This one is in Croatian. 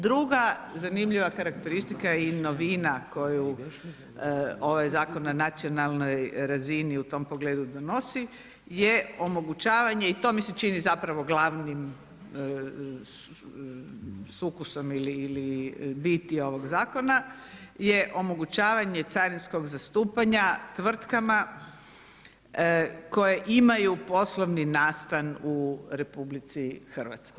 Druga zanimljiva karakteristika je i novina koju ovaj zakon na nacionalnoj razini u tom pogledu donosi je omogućavanje, i to mi se čini zapravo glavnim sukusom ili biti ovog zakona, je omogućavanje carinskog zastupanja tvrtkama koje imaju poslovni nastan u RH.